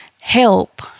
help